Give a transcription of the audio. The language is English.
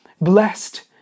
Blessed